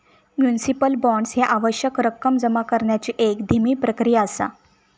municipal bonds ह्या आवश्यक रक्कम जमा करण्याची एक धीमी प्रक्रिया असा